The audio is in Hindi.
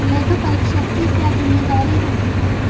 लेखापरीक्षक की क्या जिम्मेदारी होती है?